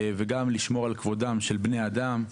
וגם לשמור על כבודם של בני אדם.